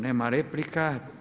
Nema replika.